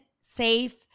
safe